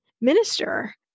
minister